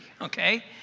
okay